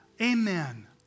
Amen